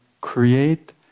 create